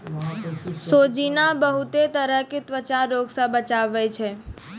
सोजीना बहुते तरह के त्वचा रोग से बचावै छै